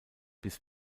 bis